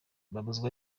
babuzwa